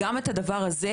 עקבנו גם על הדבר הזה.